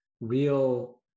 real